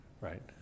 right